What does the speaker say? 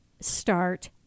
start